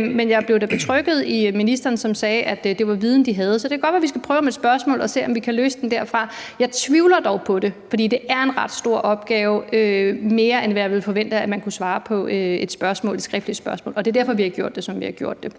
Men jeg blev da betrygget i, at ministeren sagde, at det var viden, man havde. Så det kan godt være, at vi skal prøve med et spørgsmål og se, om det kan løses derfra. Jeg tvivler dog på det, for det er en ret stor opgave, mere end hvad jeg ville forvente man kunne besvare et skriftligt spørgsmål med. Og det er derfor, at vi har gjort det, som vi har gjort det.